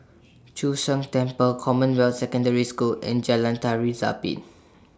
Chu Sheng Temple Commonwealth Secondary School and Jalan Tari Zapin